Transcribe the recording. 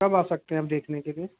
कब आ सकते हैं आप देखने के लिए